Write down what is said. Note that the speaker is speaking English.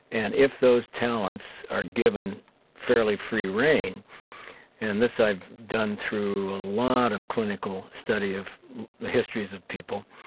and if those talents are given fairly free reign and this i've done through a lot of clinical study of histories of people,